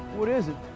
what is it?